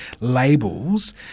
labels